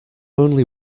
only